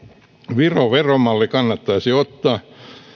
viron veromalli kannattaisi ottaa